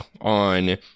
on